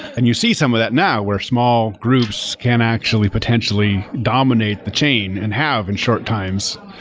and you see some of that now, where small groups can actually potentially dominate the chain and have in short times.